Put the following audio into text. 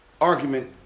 argument